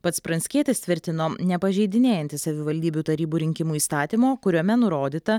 pats pranckietis tvirtino nepažeidinėjantis savivaldybių tarybų rinkimų įstatymo kuriame nurodyta